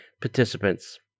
participants